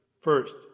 First